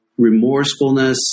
remorsefulness